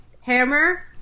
Hammer